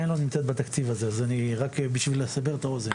נמצאת בתקציב הזה, רק בשביל לסבר את האוזן.